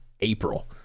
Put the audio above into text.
April